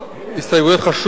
הסתייגויות חשובות,